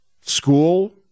school